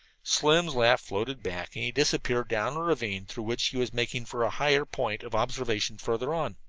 slim's laugh floated back and he disappeared down a ravine through which he was making for a higher point of observation further on.